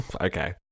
Okay